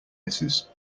misses